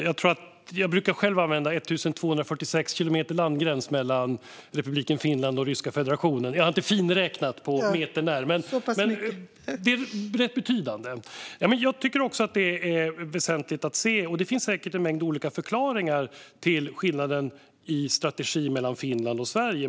Fru talman! Jag brukar själv tala om 1 246 kilometer landgräns mellan Republiken Finland och Ryska federationen. Jag har inte räknat på metern när, men det är en rätt betydande sträcka. Jag tycker också att det är väsentligt att se skillnaden i strategi mellan Finland och Sverige, och det finns säkert en mängd olika förklaringar till den.